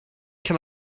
can